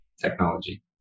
technology